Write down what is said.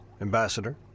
Ambassador